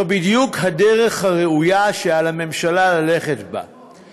זו בדיוק הדרך הראויה שעל הממשלה ללכת בה: